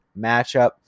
matchup